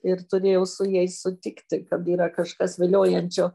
ir turėjau su jais sutikti kad yra kažkas viliojančio